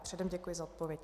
Předem děkuji za odpověď.